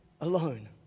alone